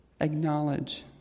acknowledge